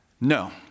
No